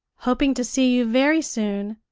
hoping to see you very soon,